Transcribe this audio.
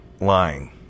lying